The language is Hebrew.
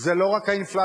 זה לא רק האינפלציה.